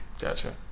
Gotcha